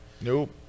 nope